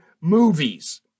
movies